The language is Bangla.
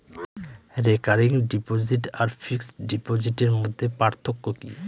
রেকারিং ডিপোজিট আর ফিক্সড ডিপোজিটের মধ্যে পার্থক্য কি?